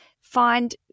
Find